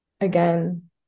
again